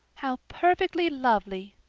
how perfectly lovely!